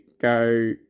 go